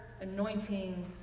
anointing